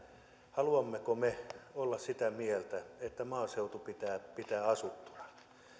haluammeko me olla sitä mieltä että maaseutu pitää pitää asuttuna